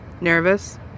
Nervous